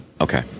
Okay